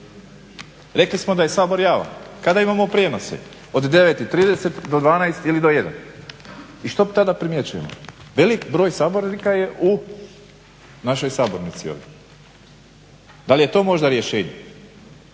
/Govornik se ne razumije./… Kada imamo prijenose? Od 9,30 do 12,00 ili do 13,00. I što tada primjećujemo? Velik broj sabornika je u našoj sabornici ovdje. Da li je to možda rješenje?